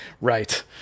Right